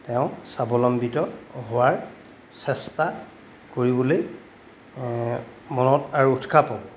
তেওঁ স্বাৱলম্বিত হোৱাৰ চেষ্টা কৰিবলৈ মনত আৰু উৎসাহ পাব